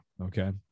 okay